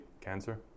cancer